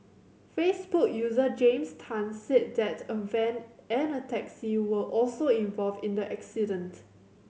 Facebook user James Tan said that a van and a taxi were also involved in the accident